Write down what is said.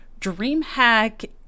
Dreamhack